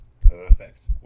Perfect